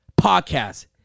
podcast